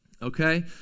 Okay